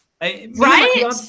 right